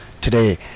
today